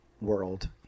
world